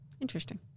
Interesting